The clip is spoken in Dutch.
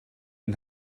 een